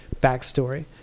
backstory